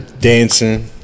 dancing